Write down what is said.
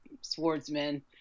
swordsman